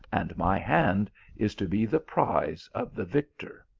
and my hand is to be the prize of the victor.